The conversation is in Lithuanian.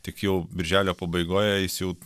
tik jau birželio pabaigoje jis jau